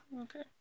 Okay